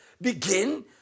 begin